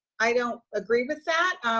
i don't agree with that.